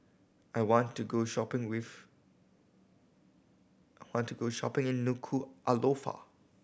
I want to go shopping with I want to go shopping in Nuku'alofa